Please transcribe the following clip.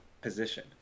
position